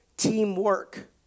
Teamwork